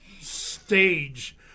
stage